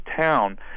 Town